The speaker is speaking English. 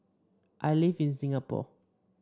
I live in Singapore